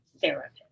therapist